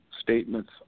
statements